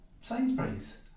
Sainsbury's